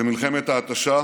במלחמת ההתשה,